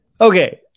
Okay